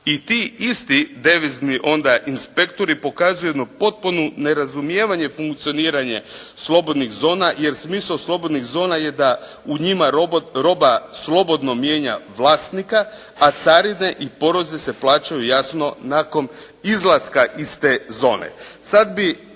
I ti isti devizni onda inspektori pokazuju jedno potpuno nerazumijevanje i funkcioniranje slobodnih zona jer smisao slobodnih zona je da u njima roba slobodno mijenja vlasnika a carine i porezi se plaćaju jasno nakon izlaska iz te zone.